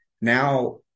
now